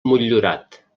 motllurat